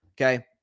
Okay